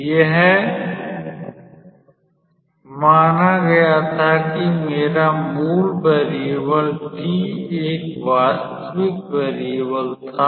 तो यह माना गया था कि मेरा मूल वेरीएबल t एक वास्तविक वेरीएबल था